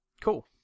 cool